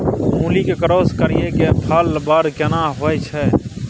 मूली के क्रॉस करिये के फल बर केना होय छै?